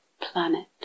planet